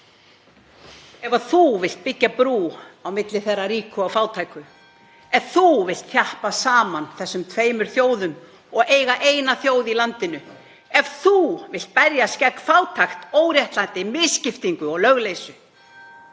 vilt byggja brú á milli þeirra ríku og fátæku, ef þú vilt þjappa saman þessum tveimur þjóðum og eiga eina þjóð í landinu, ef þú vilt berjast gegn fátækt, óréttlæti, misskiptingu og lögleysu,